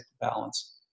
balance